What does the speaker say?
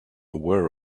aware